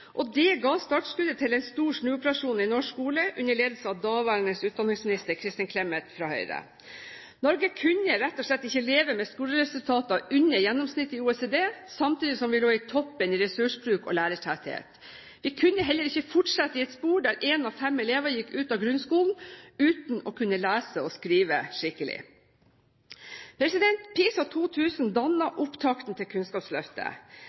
2001. Det ga startskuddet til en stor snuoperasjon i norsk skole under ledelse av daværende utdanningsminister Kristin Clemet fra Høyre. Norge kunne rett og slett ikke leve med skoleresultater under gjennomsnittet i OECD samtidig som vi lå i toppen i ressursbruk og lærertetthet. Vi kunne heller ikke fortsette i et spor der en av fem elever gikk ut av grunnskolen uten å kunne lese og skrive skikkelig. PISA 2000 dannet opptakten til Kunnskapsløftet.